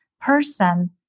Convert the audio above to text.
person